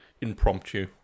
Impromptu